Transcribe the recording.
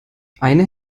eine